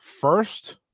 first